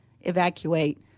evacuate